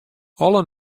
alle